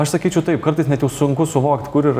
aš sakyčiau taip kartais net jau sunku suvokt kur yra